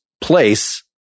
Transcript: place